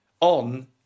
on